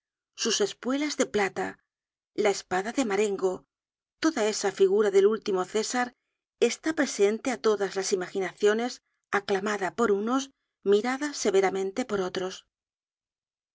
sus espuelas de plata la espada de marengo toda esa figura del último césar está presente á todas las imaginaciones aclamada por unos mirada severamente por otros